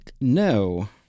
No